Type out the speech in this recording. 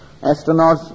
astronauts